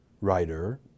writer